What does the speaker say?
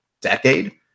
decade